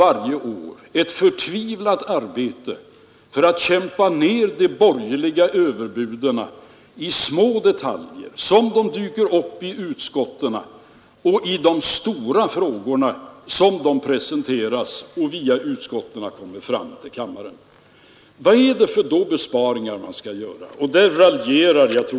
Men de nationer som anslutit sig till den uppgörelsen gjorde en verklig kraftansträngning för att möta dem. Detta stödköp har ytterligare likvidiserat den svenska marknaden, kanske med någonting mellan 0,5 och 1 miljard kronor.